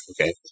Okay